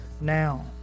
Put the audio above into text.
now